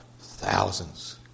thousands